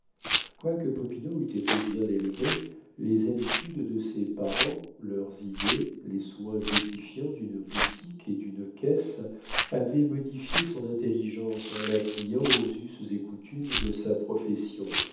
quoique popinot eût été bien élevé les habitudes de ses parents leurs idées les soins bêtifiants d'une boutique et d'une caisse avaient modifié son intelligence en la pliant aux us et coutumes de sa profession